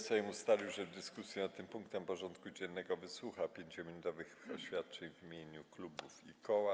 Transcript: Sejm ustalił, że w dyskusji nad tym punktem porządku dziennego wysłucha 5-minutowych oświadczeń w imieniu klubów i koła.